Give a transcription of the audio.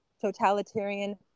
totalitarian